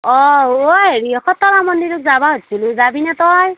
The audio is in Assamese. অঁ ঐ হেৰি খটৰা মন্দিৰত যাব খুজিছিলোঁ যাবি নে তই